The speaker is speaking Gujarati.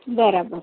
બરાબર